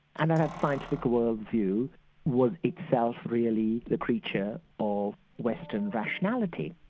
and that scientific world view was itself really the creature of western rationality.